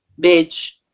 bitch